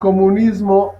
comunismo